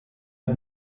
hat